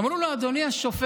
אמרו לו: אדוני השופט,